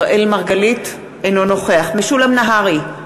אינו נוכח משולם נהרי,